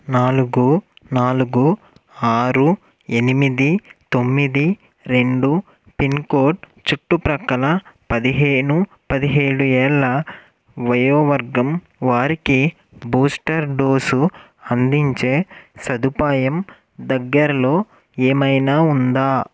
నాలుగు నాలుగు ఆరు ఎనిమిది తొమ్మిది రెండు పిన్కోడ్ చుట్టుప్రక్కల పదిహేను పదిహేడు ఏళ్ళ వయోవర్గం వారికి బూస్టర్ డోసు అందించే సదుపాయం దగ్గరలో ఏమైనా ఉందా